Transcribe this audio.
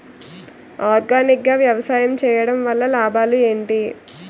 Organic గా వ్యవసాయం చేయడం వల్ల లాభాలు ఏంటి?